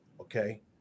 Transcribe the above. okay